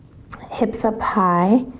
hips up high.